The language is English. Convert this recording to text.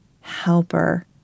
helper